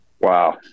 Wow